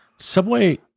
Subway